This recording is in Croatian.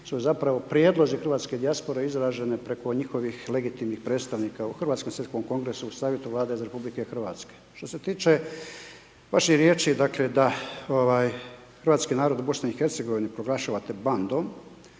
su zapravo prijedlozi hrvatske dijaspore izražene preko njihovih legitimnih predstavnika u Hrvatskom svjetskom Kongresu u savjetu Vlade RH. Što se tiče vaših riječi da hrvatski narod BiH proglašavate bandom